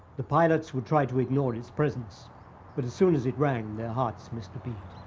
the pilots would try to ignore its presence but as soon as it rang their hearts missed a beat.